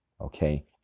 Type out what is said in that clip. okay